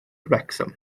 wrecsam